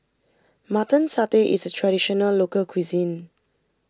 Mutton Satay is a Traditional Local Cuisine